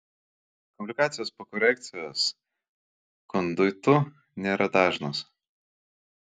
komplikacijos po korekcijos konduitu nėra dažnos